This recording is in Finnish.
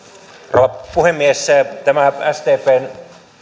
rouva puhemies tämä sdpn